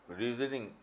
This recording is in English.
reasoning